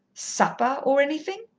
supper, or anything?